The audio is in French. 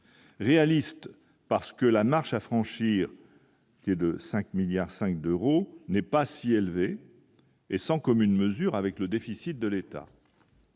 réaliste parce que la marche à franchir qui est de 5 milliards 5 d'euros n'est pas si élevé est sans commune mesure avec le déficit de l'État.